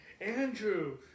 Andrew